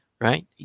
right